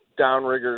downriggers